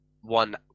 one